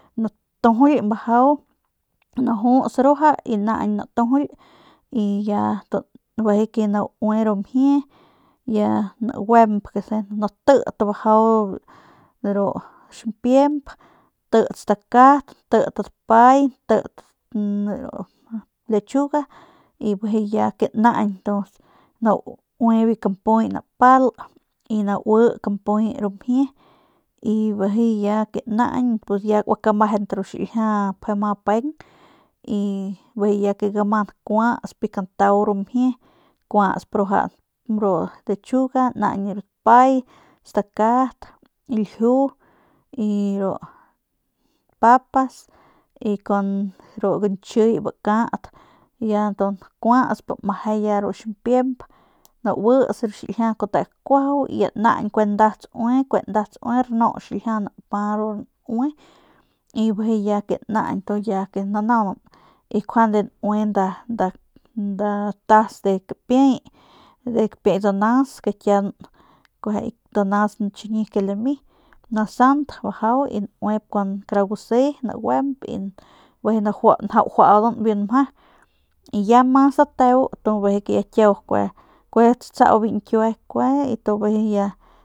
Natujuly bajau najus ruaja y naañ natujuly y bijiy naue ru mjie y ya naguemp y natit bajau ru ximpiemp natit dapay natit stakat natit lechuga y bijiy que ya naañ naui biu kampuy napal y naui kampuy ru mjie y bijiy que ya naañ ya kagua kamejent ru xiljia pje ama peng y y bijiy ya que gama nakuasp kantau ru mjie nakuasp ruaja ru lechuga naañ dapay stakat lju y ru papas yru gañchiy bakat y ya nakuasp meje ya ru ximpiemp nauits ru xiljia kute kuajau y ya naañ kue nda tsaue rnu xiljia napa ru nuey bijiy que ya naañ nanaunan y njuande naue nda tas de kapiey de kapiey danas que kian kueje ru danas que chiñi que lami nasant bajau y nauep kara gusí y bijiy najuaudan biu nmje y ya mas dateu bijiy ya kue kiau tsatsau biu ñkiue y bijiy ya.